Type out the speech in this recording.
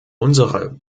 unsere